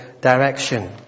direction